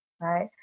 right